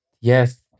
Yes